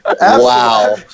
Wow